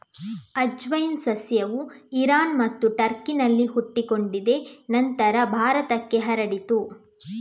ಅಜ್ವೈನ್ ಸಸ್ಯವು ಇರಾನ್ ಮತ್ತು ಟರ್ಕಿನಲ್ಲಿ ಹುಟ್ಟಿಕೊಂಡಿದೆ ನಂತರ ಭಾರತಕ್ಕೆ ಹರಡಿತು